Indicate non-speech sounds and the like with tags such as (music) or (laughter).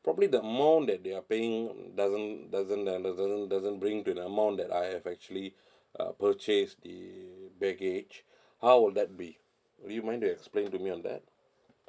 probably the amount that they are paying doesn't doesn't doesn't bring to the amount that I have actually (breath) uh purchase the baggage how would that be would you mind to explain to me on that